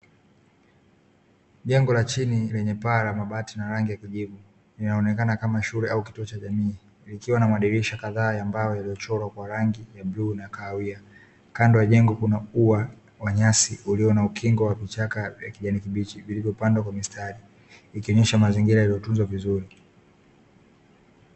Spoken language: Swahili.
Jengo la chini lenye paa la mabati na rangi ya kijivu linaonekana kama shule au kituo cha jamii likiwa na madirisha kadhaa ya mbao yaliyochorwa kwa rangi ya bluu na kahawia. Kando ya jengo kuna uwa wa nyasi ulio na ukingo wa vichaka vya kijani kibichi vilivyopandwa kwa mstari ikionesha mazingira yaliyotunzwa vizuri.